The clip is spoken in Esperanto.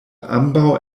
ambaŭ